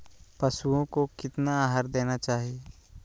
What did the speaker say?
पशुओं को कितना आहार देना चाहि?